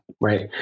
right